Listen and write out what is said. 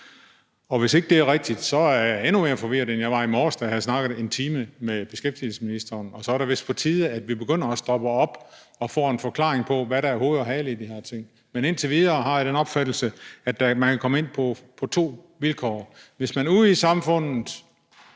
Hvis ikke det er rigtigt, er jeg endnu mere forvirret, end jeg var i morges, da jeg havde snakket en time med beskæftigelsesministeren. Så det er vist på tide, at vi begynder at stoppe op og får en forklaring på, hvad der er hoved og hale i de her ting, men indtil videre har jeg den opfattelse, at man kan komme ind på to vilkår: Hvis man ude i samfundet